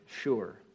sure